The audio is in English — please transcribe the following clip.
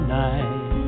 night